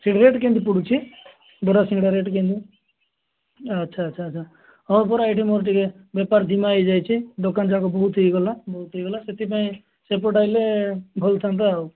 ସେଠି ରେଟ୍ କେମିତି ପଡ଼ୁଛି ବରା ସିଙ୍ଗଡ଼ା ରେଟ୍ କେମିତି ଆଚ୍ଛା ଆଚ୍ଛା ଆଚ୍ଛା ହଁ ପରା ଏଠି ମୋର ଟିକେ ବେପାର ଧୀମା ହୋଇଯାଇଛି ଦୋକାନ ଯାକ ବହୁତ ହୋଇଗଲା ବହୁତ ହୋଇଗଲା ସେଥିପାଇଁ ସେପଟେ ଆସିଲେ ଭଲ ଥାଆନ୍ତା ଆଉ